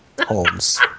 Holmes